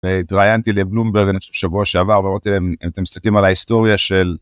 והתראיינתי לבלובמרג בשבוע שעבר ואמרתי להם אם אתם מסתכלים על ההיסטוריה של.